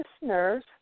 listeners